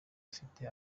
afite